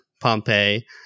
Pompeii